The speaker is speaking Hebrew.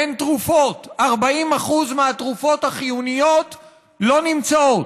אין תרופות, 40% מהתרופות החיוניות לא נמצאות,